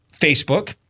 Facebook